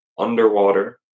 Underwater